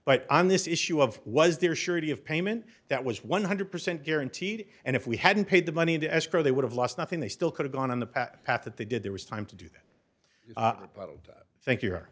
but on this issue of was there surety of payment that was one hundred percent guaranteed and if we hadn't paid the money into escrow they would have lost nothing they still could have gone on the path that they did there was time to do that but i think you're